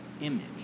image